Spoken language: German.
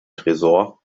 tresor